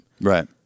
right